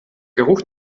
geruch